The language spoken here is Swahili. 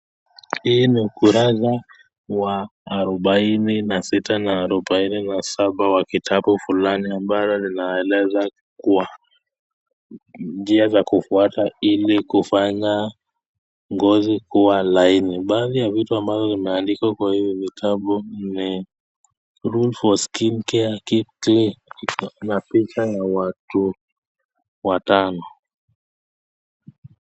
Hii ni ukurasa wa arobaini na sita na arobaini na saba wa kitabu fulani ambalo linaeleza kuwa, njia za kufuata ili kufanya ngozi kuwa laini. Baadhi ya vitu ambazo zimeandikwa kwa hivi vitabu ni rule for skincare keep clean na picha ya watu watano.